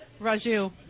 Raju